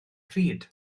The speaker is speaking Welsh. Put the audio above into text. pryd